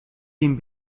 den